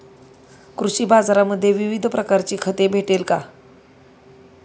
कृषी बाजारांमध्ये विविध प्रकारची खते भेटेल का?